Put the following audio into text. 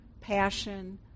passion